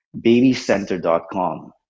babycenter.com